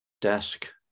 desk